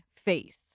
faith